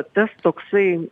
tas toksai